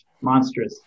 Monstrous